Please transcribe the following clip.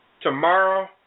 Tomorrow